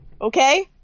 Okay